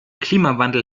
klimawandel